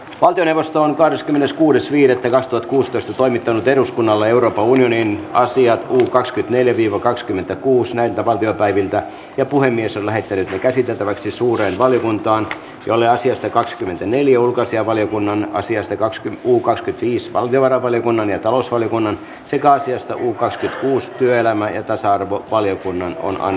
valtioneuvoston kahdeskymmeneskuudes viidettä lähtö kuusitoista toimittanut eduskunnalle euroopan unionin asia kun kakskytneljä timo kakskymmentäkuus näiltä valtiopäiviltä ja puhemies on lähettänyt käsiteltäväksi suureen valiokuntaan jolle asiasta kakskymmentin eli ulkoasianvaliokunnan asiasta kakskyt kuka siis valtiovarainvaliokunnan ja talousvaliokunnan siikaisista hiukkastutkimus työelämän ja tasa arvoa valiokunnan on on